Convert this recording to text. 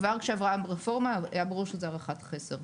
כבר כשעברה הרפורמה אמרו שזו הערכת חסר.